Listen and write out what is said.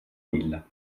lilla